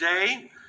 today